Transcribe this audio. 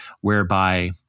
whereby